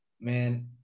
man